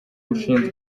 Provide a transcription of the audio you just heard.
ushinzwe